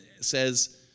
says